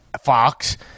Fox